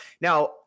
Now